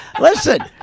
Listen